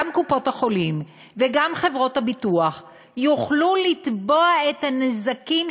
גם קופות-החולים וגם חברות הביטוח יוכלו לתבוע בגין הנזקים